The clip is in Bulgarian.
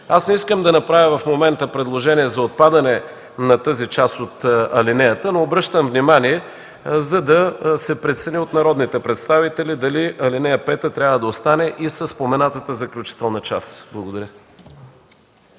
Аз не искам да направя в момента предложение за отпадане на тази част от алинеята, но обръщам внимание, за да се прецени от народните представители дали ал. 5 трябва да остане и със споменатата заключителна част. Благодаря.